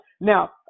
Now